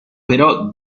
però